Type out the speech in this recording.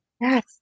Yes